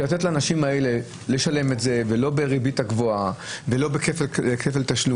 לתת לאנשים לשלם את זה ולא בריבית הגבוהה ולא בכפל תשלום.